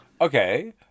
Okay